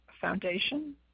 Foundation